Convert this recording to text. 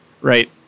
Right